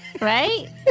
Right